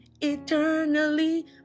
eternally